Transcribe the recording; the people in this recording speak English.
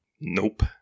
Nope